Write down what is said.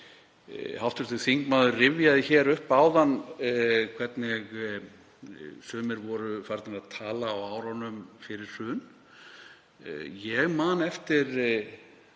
Hv. þingmaður rifjaði hér upp áðan hvernig sumir voru farnir að tala á árunum fyrir hrun. Ég man eftir